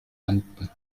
anden